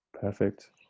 perfect